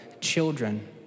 children